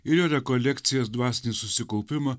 ir jo rekolekcijas dvasinį susikaupimą